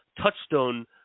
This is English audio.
touchstone